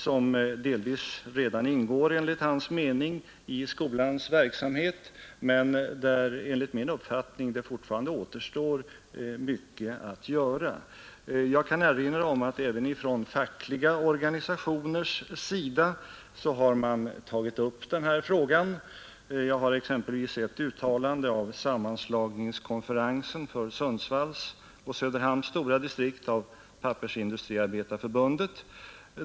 Enligt hans mening ingår redan en del av de momenten i skolans verksamhet, men enligt min uppfattning återstår det fortfarande mycket att göra. Jag kan erinra om att man även från fackliga organisationers sida har tagit upp den här frågan. Jag har exempelvis ett uttalande av sammanslagningskonferensen för Sundsvalls och Söderhamns stora distrikt av Pappersindustriarbetareförbundet.